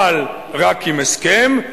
אבל רק עם הסכם,